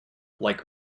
like